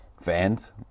fans